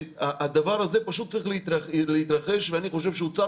הדבר הזה פשוט צריך להתרחש ואני חושב שאוצר